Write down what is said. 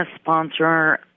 sponsor